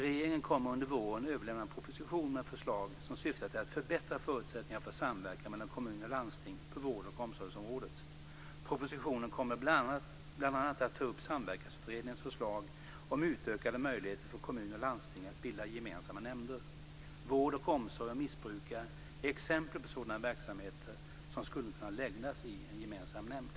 Regeringen kommer under våren att överlämna en proposition med förslag som syftar till att förbättra förutsättningarna för samverkan mellan kommuner och landsting på vård och omsorgsområdet. Propositionen kommer bl.a. att ta upp Samverkansutredningens förslag om utökade möjligheter för kommuner och landsting att bilda gemensamma nämnder. Vård och omsorg om missbrukare är exempel på sådan verksamhet som skulle kunna läggas i en gemensam nämnd.